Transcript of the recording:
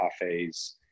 cafes